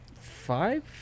five